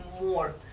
more